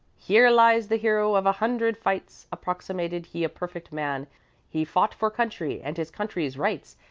here lies the hero of a hundred fights approximated he a perfect man he fought for country and his country's rights,